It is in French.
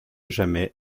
jamais